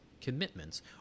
commitments